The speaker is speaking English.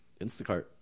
Instacart